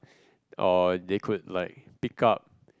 or they could like pick up